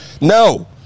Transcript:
No